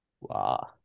Wow